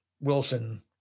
Wilson